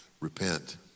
repent